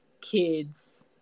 kids